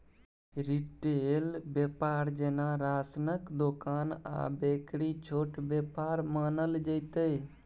retail बेपार जेना राशनक दोकान आ बेकरी छोट बेपार मानल जेतै